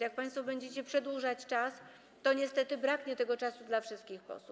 Jak państwo będziecie przedłużać czas, to niestety zabraknie tego czasu dla wszystkich posłów.